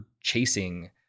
chasing